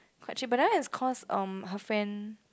quite cheap but that one is cause um her friend